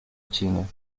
china